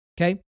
Okay